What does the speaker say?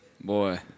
Boy